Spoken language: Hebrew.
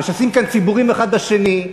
משסים כאן ציבורים האחד בשני,